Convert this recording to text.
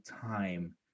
time